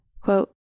Quote